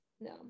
no